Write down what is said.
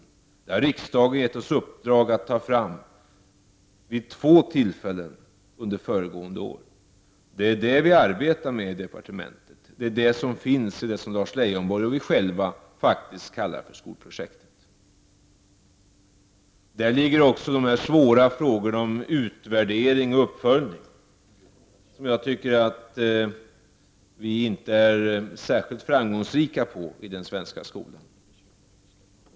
Riksdagen har vid två tillfällen under föregående år gett oss i uppdrag att ta ställning till detta. Det är det som vi arbetar med i departementet, och det är det som ligger i det som Lars Leijonborg och vi själva kallar skolprojektet. I detta projekt ligger också de svåra frågorna om utvärdering och uppföljning, Som jag tycker att vi inte är särskilt framgångsrika på i den svenska skolan.